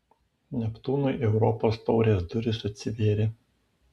neptūnui europos taurės durys atsivėrė